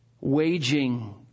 Waging